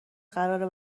قراره